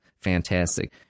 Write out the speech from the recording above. fantastic